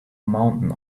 mountain